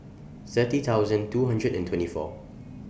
thirty thousand two hundred and twenty four